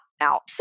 out